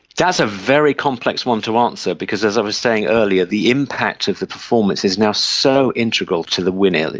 that's a very complex one to answer because, as i was saying earlier, the impact of the performance is now so integral to the winning,